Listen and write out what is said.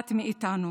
ואחת מאיתנו